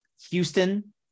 Houston